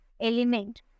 element